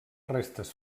restes